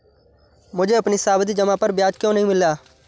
मुझे अपनी सावधि जमा पर ब्याज क्यो नहीं मिला?